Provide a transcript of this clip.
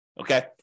okay